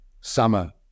summer